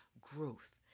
growth